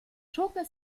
schurke